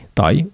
tai